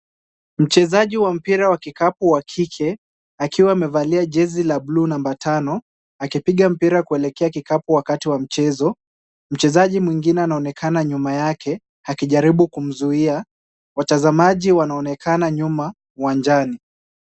Mchezaji wa mpira wa kikapu wa kike, akiwa amevalia jezi la bluu namba tano, akiwa anapiga mpira kuelekea kikapu wakati wa mchezo. Mchezaji mwingine anaonekana nyuma yake akijaribu kumzuia, watazamaji wanaonekana nyuma uwanjani.